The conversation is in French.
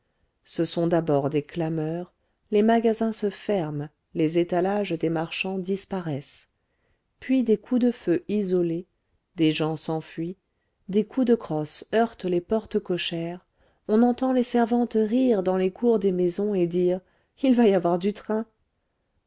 ce sont d'abord des clameurs les magasins se ferment les étalages des marchands disparaissent puis des coups de feu isolés des gens s'enfuient des coups de crosse heurtent les portes cochères on entend les servantes rire dans les cours des maisons et dire il va y avoir du train